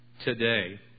Today